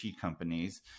companies